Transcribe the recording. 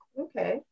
Okay